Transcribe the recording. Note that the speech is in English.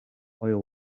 oil